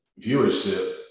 viewership